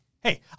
Hey